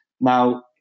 Now